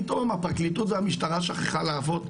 פתאום הפרקליטות והמשטרה שכחה לעבוד.